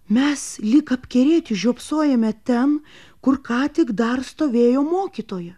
mes lyg apkerėti žiopsojome ten kur ką tik dar stovėjo mokytoja